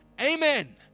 Amen